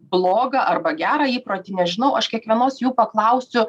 blogą arba gerą įprotį nežinau aš kiekvienos jų paklausiu